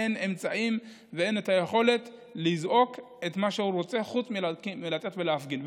אין אמצעים ואין את היכולת לזעוק את מה שהוא רוצה חוץ מלצאת ולהפגין,